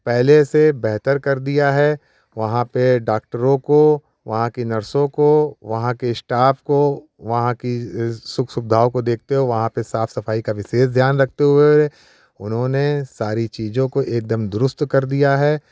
पहले से बेहतर कर दिया है वहां पे डाक्टरों को वहाँ की नर्सों को वहाँ के स्टाफ को वहाँ की सुख सुविधाओं को देखते हुए वहाँ की साफ सफाई का विशेष ध्यान रखते हुए उन्होंने सारी चीज़ों को एकदम दुरुस्त कर दिया है